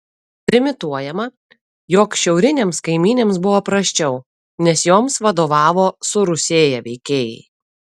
trimituojama jog šiaurinėms kaimynėms buvo prasčiau nes joms vadovavo surusėję veikėjai